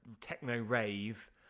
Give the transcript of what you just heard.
techno-rave